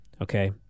Okay